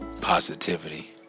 Positivity